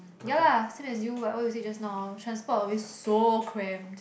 ya lah same as you like what you say just now transport always so cramped